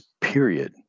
period